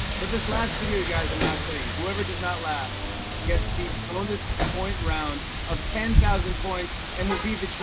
for this last video, guys, i'm not kidding. whoever does not laugh gets the bonus point round of ten thousand points and will be the